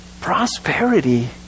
prosperity